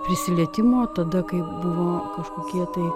prisilietimo tada kai buvo kažkokie tai